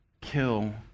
kill